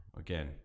Again